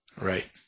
Right